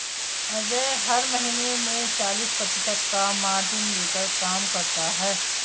अजय हर महीने में चालीस प्रतिशत का मार्जिन लेकर काम करता है